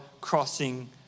crossing